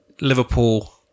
Liverpool